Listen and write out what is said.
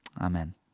Amen